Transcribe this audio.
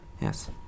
Yes